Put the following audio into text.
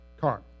CAR